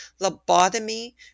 lobotomy